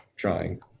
Trying